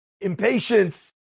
impatience